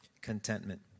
contentment